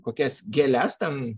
kokias gėles ten